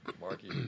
Marky